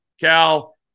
Cal